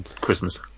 Christmas